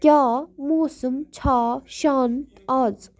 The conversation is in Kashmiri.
کیٛاہ موسم چھا شانت آز